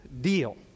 deal